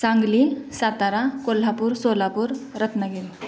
Sangli Satara Kolhapur Solapur Ratnagiri